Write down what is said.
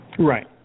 Right